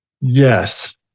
Yes